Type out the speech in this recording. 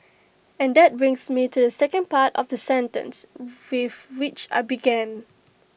and that brings me to the second part of the sentence with which I began